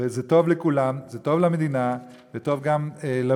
וזה טוב לכולם, זה טוב למדינה, זה טוב גם לבריאות.